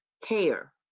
care